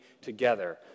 together